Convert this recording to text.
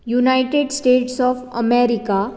United States of America